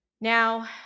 Now